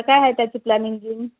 काय आहे त्याची प्लॅनिंग बिनिंग